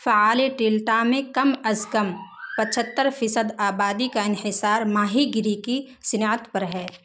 فعال ڈیلٹا میں کم از کم پچہتر فیصد آبادی کا انحصار ماہی گیری کی صنعت پر ہے